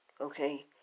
Okay